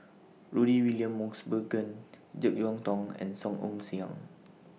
Rudy William Mosbergen Jek Yeun Thong and Song Ong Siang